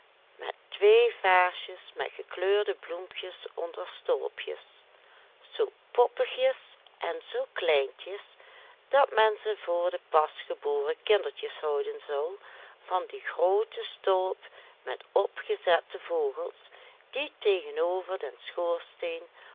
met twee vaasjes met gekleurde bloempjes onder stolpjes zoo poppigjes en zoo kleintjes dat men ze voor de pasgeboren kindertjes houden zou van die groote stolp met opgezette vogels die tegenover den schoorsteen